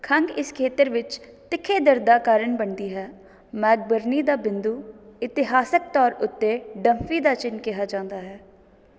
ਖੰਘ ਇਸ ਖੇਤਰ ਵਿੱਚ ਤਿੱਖੇ ਦਰਦ ਦਾ ਕਾਰਨ ਬਣਦੀ ਹੈ ਮੈਕਬਰਨੀ ਦਾ ਬਿੰਦੂ ਇਤਿਹਾਸਕ ਤੌਰ ਉੱਤੇ ਡੱਫੀ ਦਾ ਚਿੰਨ੍ਹ ਕਿਹਾ ਜਾਂਦਾ ਹੈ